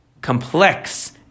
complex